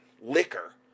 liquor